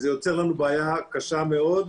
וזה יוצר לנו בעיה קשה מאוד.